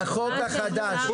בחוק החדש.